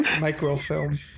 Microfilm